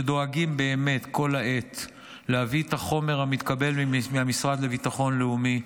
שדואגים כל העת להביא את החומר המתקבל מהמשרד לביטחון לאומי,